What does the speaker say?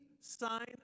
sign